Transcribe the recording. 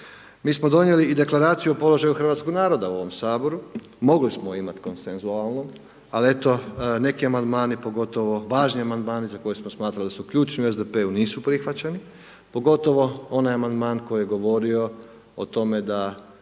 Mi smo donijeli i deklaraciju o položaju Hrvatskog naroda u ovom Saboru, mogli smo imati konsensualnu, ali eto, neki amandmani, pogotovo važni amandmani za koje smo smatrali da su ključni u SDP-u nisu prihvaćeni, pogotovo onaj amandman koji je govorio o tome da